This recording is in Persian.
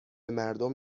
مردم